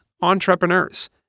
entrepreneurs